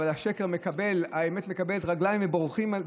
אבל האמת מקבלת רגליים ובורחים.